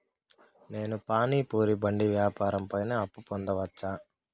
నేను పానీ పూరి బండి వ్యాపారం పైన అప్పు పొందవచ్చా?